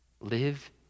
live